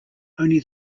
only